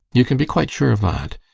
you can be quite sure of that.